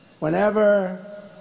Whenever